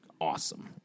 awesome